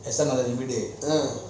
ஸ் எ மதன் வீடு:s a mathan veedu